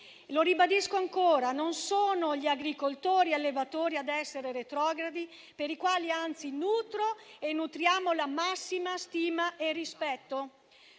Lo ribadisco ancora: non sono gli agricoltori e gli allevatori ad essere retrogradi, per i quali anzi nutro e nutriamo la massima stima e rispetto;